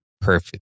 perfect